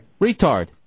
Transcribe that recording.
Retard